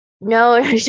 No